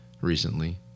recently